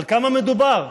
על כמה מדובר?